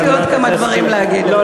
יש לי עוד כמה דברים להגיד לו.